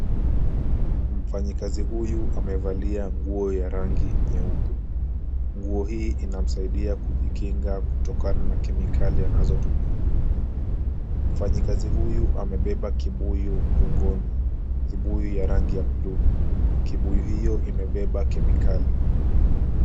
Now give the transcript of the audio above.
Mfanyikazi huyu amevalia nguo ya rangi nyeupe. Nguo hii inamsaidia kujikinga kutokana na kemikali anazotumia. Mfanyikazi huyu amebeba kibuyu mgongoni, kibuyu ya rangi ya blue . Kibuyu hiyo imebeba kemikali.